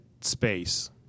space